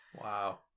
Wow